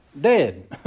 Dead